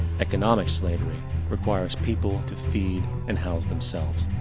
economic slavery requires people to feed and house themselves.